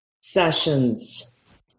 sessions